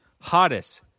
hottest